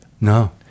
No